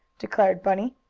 declared bunny.